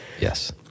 Yes